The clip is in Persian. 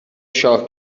شاه